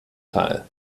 teil